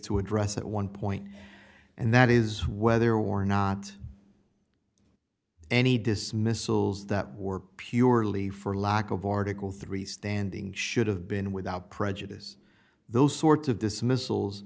to address at one point and that is whether or not any dismissals that were purely for lack of article three standing should have been without prejudice those sorts of dismiss